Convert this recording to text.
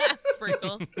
sprinkle